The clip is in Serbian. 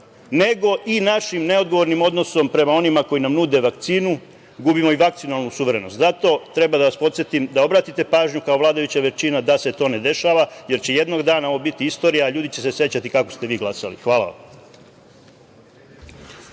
nego i našim neodgovornim odnosom prema onima koji nam nude vakcinu, gubimo i vakcinalnu suverenost. Zato treba da vas podsetim da obratite pažnju, kao vladajuća većina, da se to ne dešava, jer će jednog dana ovo biti istorija, a ljudi će se sećati kako ste vi glasali. Hvala